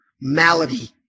malady